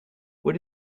what